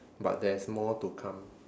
but there is more to come